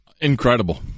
Incredible